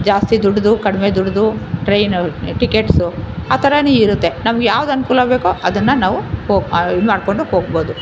ಜಾಸ್ತಿ ದುಡ್ದು ಕಡಿಮೆ ದುಡ್ದು ಟ್ರೈನ್ ಟಿಕೆಟ್ಸು ಆ ಥರಾನು ಇರುತ್ತೆ ನಮ್ಗೆ ಯಾವ್ದು ಅನುಕೂಲ ಆಗಬೇಕೊ ಅದನ್ನು ನಾವು ಹೊ ಇದು ಮಾಡಿಕೊಂಡು ಹೋಗ್ಬೋದು